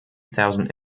thousand